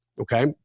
Okay